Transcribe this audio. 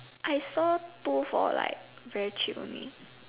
I saw two for like very cheap only